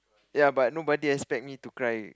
ya but nobody expect me to cry